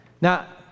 Now